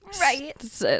Right